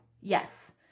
Yes